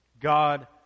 God